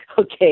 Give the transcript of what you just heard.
okay